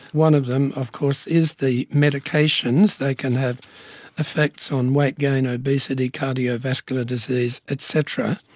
one of them of course is the medications, they can have effects on weight gain, obesity, cardiovascular disease, et cetera.